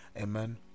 Amen